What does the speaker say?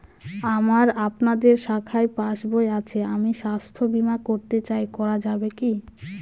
আমার আপনাদের শাখায় পাসবই আছে আমি স্বাস্থ্য বিমা করতে চাই করা যাবে কি?